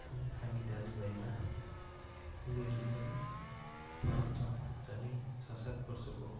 अनि हामी दाजुभाइमा उमेरले पनि फरक छौँ झन्डै छ सात वर्षको